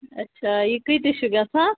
اچھا یہِ کۭتِس چھُ گژھان